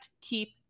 keep